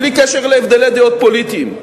בלי קשר להבדלי דעות פוליטיים: